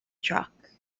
truck